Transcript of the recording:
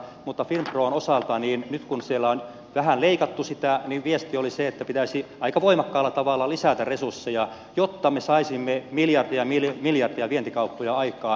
mutta nyt kun finpron osalta on vähän leikattu sitä niin viesti oli se että pitäisi aika voimakkaalla tavalla lisätä resursseja jotta me saisimme miljardien miljardien vientikauppoja aikaan